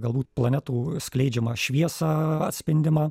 galbūt planetų skleidžiamą šviesą atspindimą